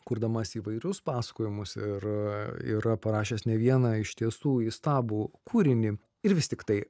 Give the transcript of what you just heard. kurdamas įvairius pasakojimus ir yra parašęs ne vieną iš tiesų įstabų kūrinį ir vis tiktai